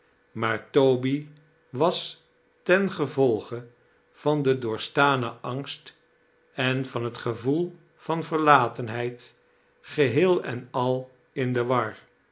maar toby was tengevolgc van den doorgestanen angst en van het gevoel van verlatenheid geheel en al in de war